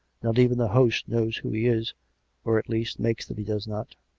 not even the host knows who he is or, at least, makes that he does not.